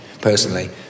personally